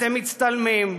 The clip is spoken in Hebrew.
אתם מצטלמים,